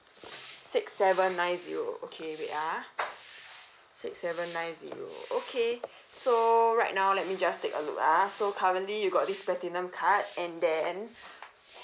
six seven nine zero okay wait ah six seven nine zero okay so right now let me just take a look ah so currently you got this platinum card and then